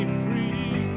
free